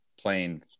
playing